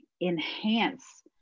enhance